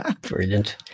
brilliant